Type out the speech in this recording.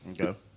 Okay